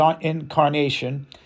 incarnation